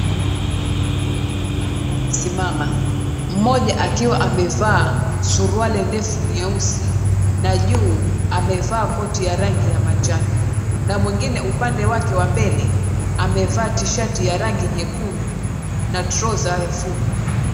Wamesima mmoja akiwa amevaa suruali ndefu nyeusi na juu amevaa koti ya rangi ya manjano na mwingine upande wake wa mbele amevaa tishati ya rangi nyekundu trouser fupi.